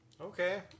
Okay